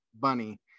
Bunny